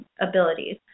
abilities